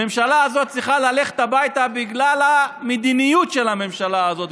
הממשלה הזאת צריכה ללכת הביתה בגלל המדיניות של הממשלה הזאת,